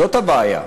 זאת הבעיה.